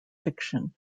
fiction